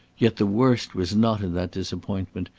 yet the worst was not in that disappointment,